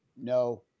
No